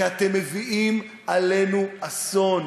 כי אתם מביאים עלינו אסון.